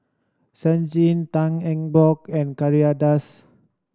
Chen Shiji Tan Eng Bock and Kay Das